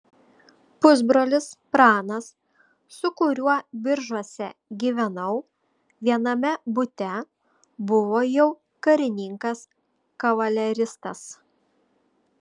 pusbrolis pranas su kuriuo biržuose gyvenau viename bute buvo jau karininkas kavaleristas